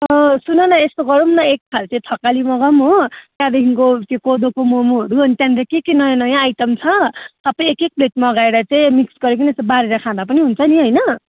सुन न यस्तो गरौँ न एक थाल चाहिँ थकाली मगाऊँ हो त्यहाँदेखिको त्यो कोदोको ममहरू अन्त त्यहाँनेर के के नयाँ नयाँ आइटम छ सब एक एक प्लेट मगाएर चाहिँ मिक्स गरीकन यसो बाँढेर खाँदा पनि हुन्छ नि होइन